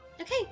Okay